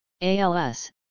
ALS